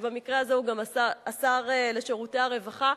שבמקרה הזה הוא גם השר לשירותי הרווחה,